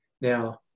Now